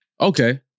Okay